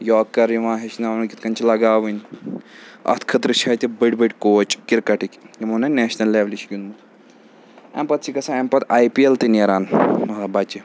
یاکَر یِوان ہیٚچھناونہٕ کِتھ کَنۍ چھِ لَگاوٕنۍ اَتھ خٲطرٕ چھِ اَتہِ بٔڑۍ بٔڑۍ کوچ کِرکَٹٕکۍ یِمو نا نیشنَل لٮ۪ولہِ چھِ گِنٛدمُت اَمہِ پَتہٕ چھِ گژھان اَمہِ پَتہٕ آی پی اٮ۪ل تہِ نیران بَچہِ